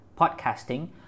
podcasting